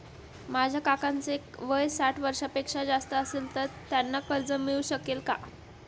माझ्या काकांचे वय साठ वर्षांपेक्षा जास्त असेल तर त्यांना कर्ज मिळू शकेल का?